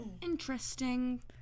Interesting